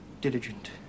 diligent